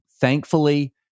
thankfully